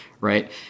right